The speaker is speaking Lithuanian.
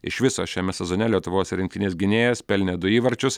iš viso šiame sezone lietuvos rinktinės gynėjas pelnė du įvarčius